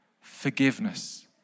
forgiveness